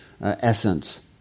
essence